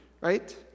right